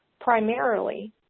primarily